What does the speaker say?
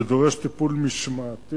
זה דורש טיפול משמעתי.